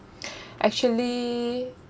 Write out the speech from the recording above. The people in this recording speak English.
actually